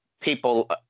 people